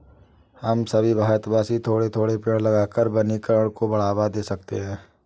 हम सभी भारतवासी थोड़े थोड़े पेड़ लगाकर वनीकरण को बढ़ावा दे सकते हैं